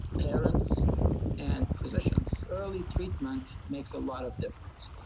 parents and physicians. early treatmet makes a lot of difference.